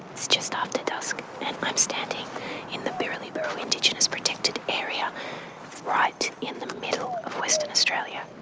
it's just after dusk and i'm standing in the birriliburu indigenous protected area right in the middle of western australia.